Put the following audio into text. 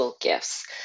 gifts